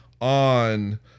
on